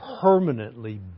permanently